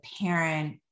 parent